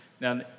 Now